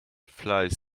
flies